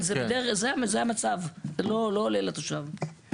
זה המצב, זה לא עולה לתושב.